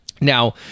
Now